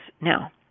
now